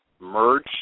merge